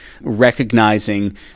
recognizing